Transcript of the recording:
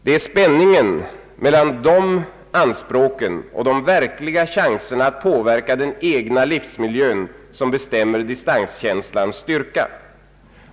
Det är spänningen mellan de anspråken och de verkliga chanserna att påverka den egna livsmiljön som bestämmer distanskänslans styrka.